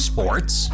Sports